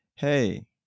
Hey